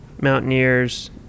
mountaineers